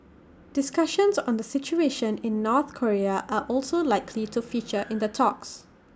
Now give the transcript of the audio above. discussions on the situation in North Korea are also likely to feature in the talks